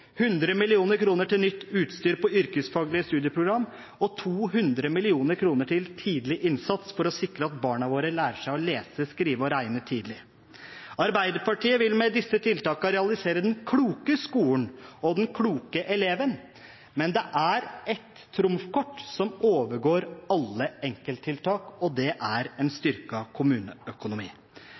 100 mill. kr til nytt utstyr på yrkesfaglig studieprogram og 200 mill. kr til tidlig innsats for å sikre at barna våre lærer seg å lese, skrive og regne tidlig. Arbeiderpartiet vil med disse tiltakene realisere den kloke skolen og den kloke eleven, men det er ett trumfkort som overgår alle enkelttiltak, og det er en styrket kommuneøkonomi.